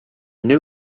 new